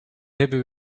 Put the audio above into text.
hebben